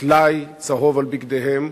וטלאי צהוב על בגדיהם,